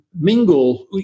mingle